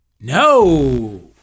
No